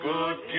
Good